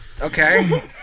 Okay